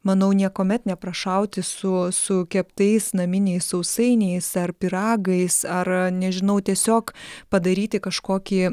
manau niekuomet neprašauti su su keptais naminiais sausainiais ar pyragais ar nežinau tiesiog padaryti kažkokį